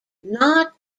not